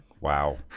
Wow